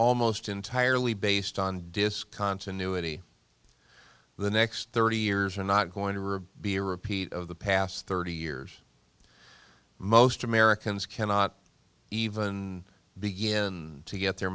almost entirely based on discontinuity the next thirty years are not going to be a repeat of the past thirty years most americans cannot even begin to get their